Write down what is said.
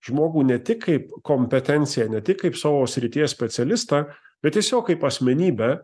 žmogų ne tik kaip kompetenciją ne tik kaip savo srities specialistą bet tiesiog kaip asmenybę